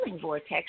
vortex